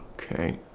Okay